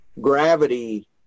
gravity